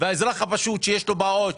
והאזרח הפשוט שיש לו בעו"ש,